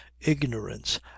ignorance